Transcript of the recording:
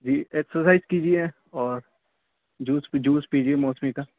جی exercise کیجیے اور juice juice پیجیے موسمی کا